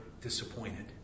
disappointed